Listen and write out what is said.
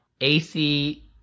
AC